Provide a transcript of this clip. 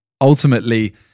ultimately